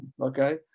Okay